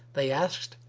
they asked,